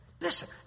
Listen